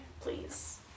please